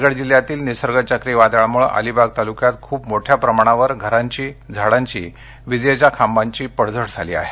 रायगड जिल्ह्यातील निसर्ग चक्रीवादळामुळे अलिबाग तालुक्यात खूप मोठ्या प्रमाणावर घरांची झाडांची विजेच्या खांबांची पडझड झालेली आहे